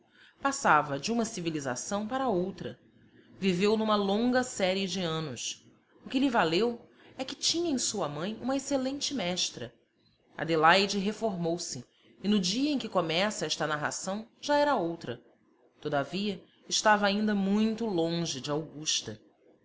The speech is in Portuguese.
passava de uma civilização para outra viveu numa longa série de anos o que lhe valeu é que tinha em sua mãe uma excelente mestra adelaide reformou se e no dia em que começa esta narração já era outra todavia estava ainda muito longe de augusta